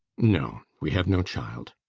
no. we have no child.